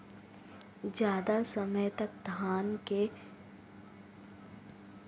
ज़्यादा समय तक धान को सुरक्षित रखने के लिए किस स्प्रे का प्रयोग कर सकते हैं?